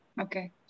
Okay